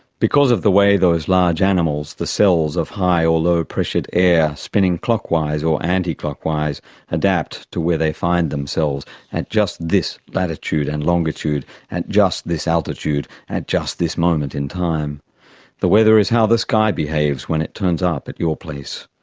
because of the way those large animals, the cells of high or low pressured air spinning clockwise or anticlockwise adapt to where they find themselves at just this latitude and longitude, at just this altitude, at just this moment in time the weather is how the sky behaves when it turns up at your place.